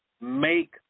Make